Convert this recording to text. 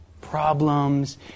Problems